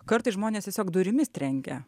kartais žmonės tiesiog durimis trenkia